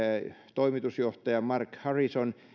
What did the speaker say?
toimitusjohtaja marc harrison